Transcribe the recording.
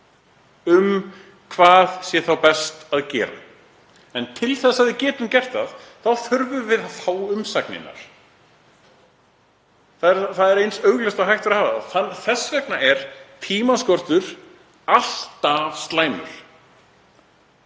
um hvað sé best að gera. En til þess að við getum gert það þá þurfum við að fá umsagnir. Það er eins augljóst og hægt er að hafa það. Þess vegna er tímaskortur alltaf slæmur.